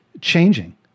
changing